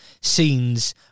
scenes